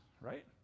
right